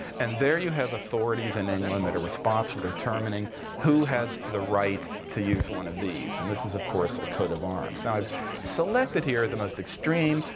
and there you have authorities in england that are responsible for determining who has the right to use one of these. and this is, of course, a coat of arms. now, i've selected here the most extreme,